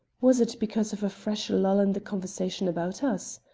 was it because of a fresh lull in the conversation about us?